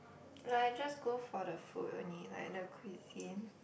like I just go for the food only like the cuisine